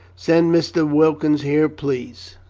send mr. wilkins here, please.